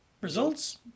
Results